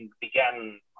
began